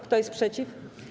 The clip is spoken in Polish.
Kto jest przeciw?